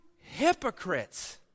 hypocrites